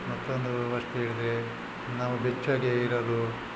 ಮತ್ತೊಂದು ವಸ್ತು ಹೇಳಿದರೆ ನಾವು ಬೆಚ್ಚಗೆ ಇರಲು